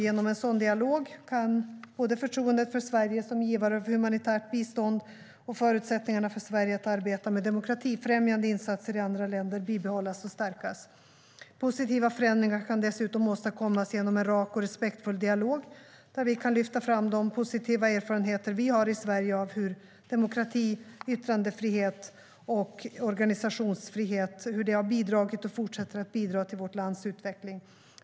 Genom en sådan dialog kan både förtroendet för Sverige som givare av humanitärt bistånd och förutsättningarna för Sverige att arbeta med demokratifrämjande insatser i andra länder bibehållas och stärkas. Positiva förändringar kan dessutom åstadkommas genom en rak och respektfull dialog där vi kan lyfta fram de positiva erfarenheter vi har i Sverige av hur demokrati, yttrandefrihet och organisationsfrihet har bidragit och fortsätter att bidra till vårt lands utveckling.